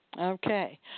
Okay